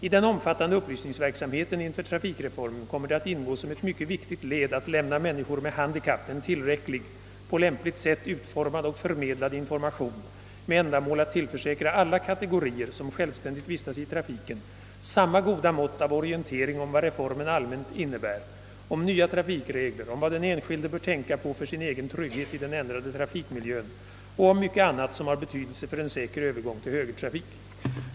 I den omfattande upplysningsverksamheten inför trafikreformen kommer det att ingå som ett mycket viktigt led att lämna människor med handikapp en tillräcklig, på lämpligt sätt utformad och förmedlad information med ändamål att tillförsäkra alla kategorier som självständigt vistas i trafiken samma goda mått av orientering om vad reformen allmänt innebär, om nya trafikregler, om vad den enskilde bör tänka på för sin egen trygghet i den ändrade trafikmiljön och om mycket annat som har betydelse för en säker övergång till högertrafik.